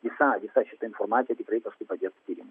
visa visa šita informacija tikrai paskui padės tyrimui